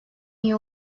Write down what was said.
iyi